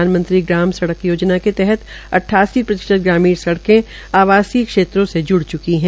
प्रधानमंत्री ग्राम सड़क योजना के तहत अद्वासी प्रतिशत ग्रामीण सड़के आवासीय क्षेत्रों में ज्ड़ च्की है